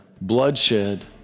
bloodshed